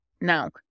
Now